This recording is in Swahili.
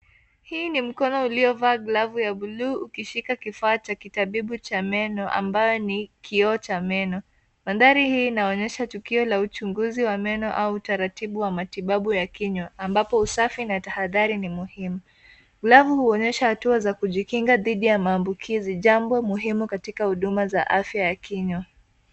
Hii ni mkono uliovaa glovu ya buluu ukishika kifaa cha kitabibu cha meno ambayo ni kioo cha meno. Mandhari hii inaonyesha tukio la uchunguzi wa meno au utaratibu wa matibabu ya kinywa ambapo usafi na tahadhari ni muhimu. Glovu huonyesha hatua za kujikinga dhidi ya maambukizi, jambo muhimu katika huduma za afya ya kinywa.